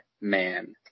man